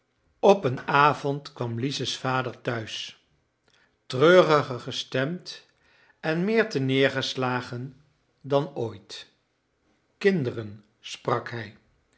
op een avond kwam lize's vader tehuis treuriger gestemd en meer terneergeslagen dan ooit kinderen sprak hij